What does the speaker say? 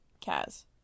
Kaz